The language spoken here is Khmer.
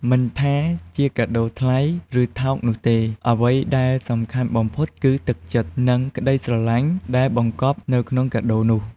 មិនថាជាកាដូថ្លៃ ឬថោកនោះទេ អ្វីដែលសំខាន់បំផុតគឺ ទឹកចិត្ត និងក្ដីស្រឡាញ់ ដែលបង្កប់នៅក្នុងកាដូនោះ។